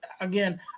Again